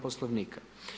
Poslovnika.